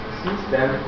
system